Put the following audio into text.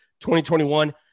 2021